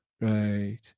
Right